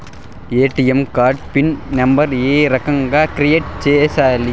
ATM card pin number ఏ రకంగా create సేయాలి